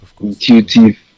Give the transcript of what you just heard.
intuitive